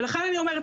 לכן אני אומרת,